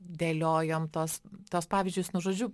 dėliojom tuos tuos pavyzdžius nu žodžiu